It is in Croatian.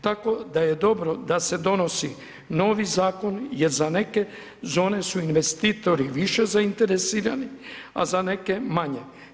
Tako da je dobro da se donosi novi zakon jer za neke zone su investitori više zainteresirani a za neke manje.